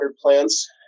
plants